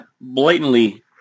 blatantly